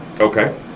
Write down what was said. Okay